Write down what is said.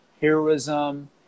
heroism